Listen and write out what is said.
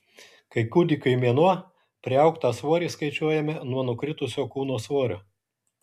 kai kūdikiui mėnuo priaugtą svorį skaičiuojame nuo nukritusio kūno svorio